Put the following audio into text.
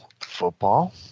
football